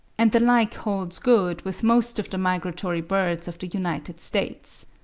and the like holds good with most of the migratory birds of the united states.